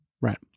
Right